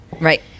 right